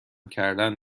کردن